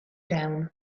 down